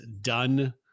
Done